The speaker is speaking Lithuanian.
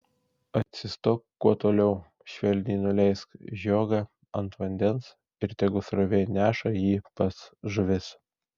atsistok kuo toliau švelniai nuleisk žiogą ant vandens ir tegu srovė neša jį pas žuvis